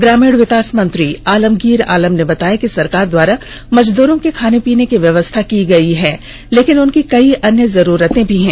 ग्रामीण विकास मंत्री आलमगीर आलम ने बताया कि सरकार द्वारा मजदूरों के खाने पीने की व्यवस्था की गई है लेकिन उनकी कई अन्य जरूरतें भी हैं